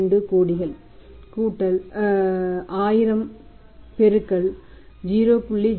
82 கோடிகள் கூட்டல் மற்றும் 1000 பெருக்கல் 0